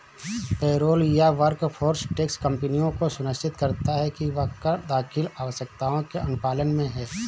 payroll या workforce tax कंपनियों को सुनिश्चित करता है कि वह कर दाखिल आवश्यकताओं के अनुपालन में है